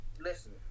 listen